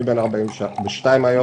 אני בן 42 היום,